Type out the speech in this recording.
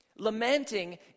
Lamenting